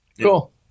Cool